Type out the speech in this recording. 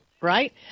right